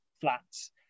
flats